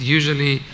usually